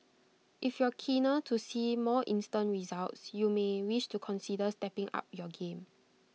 if you're keener to see more instant results you may wish to consider stepping up your game